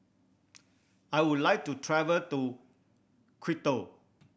I would like to travel to Quito